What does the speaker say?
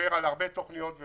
שדיבר על הרבה תוכניות,